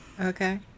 Okay